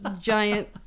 giant